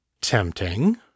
Tempting